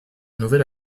nouvel